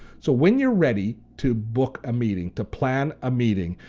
so when you're ready to book a meeting, to plan a meeting,